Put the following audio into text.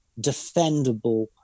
defendable